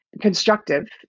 constructive